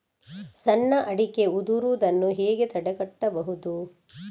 ಸಣ್ಣ ಅಡಿಕೆ ಉದುರುದನ್ನು ಹೇಗೆ ತಡೆಗಟ್ಟಬಹುದು?